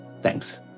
Thanks